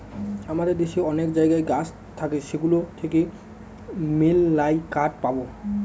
আমাদের দেশে অনেক জায়গায় গাছ থাকে সেগুলো থেকে মেললাই কাঠ পাবো